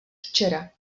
včera